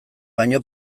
baino